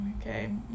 okay